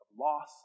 loss